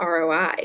ROI